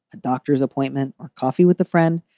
a doctor's appointment or coffee with the friend.